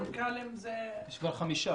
יש כבר חמישה.